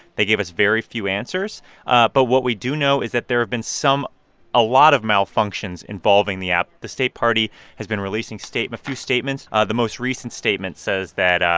they gave us very few answers ah but what we do know is that there have been some a lot of malfunctions involving the app. the state party has been releasing a few statements. ah the most recent statement says that,